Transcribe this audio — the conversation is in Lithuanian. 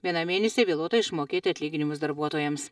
vienam mėnesiui vėluota išmokėti atlyginimus darbuotojams